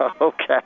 Okay